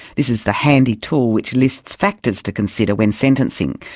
this is the handy tool which lists factors to consider when sentencing.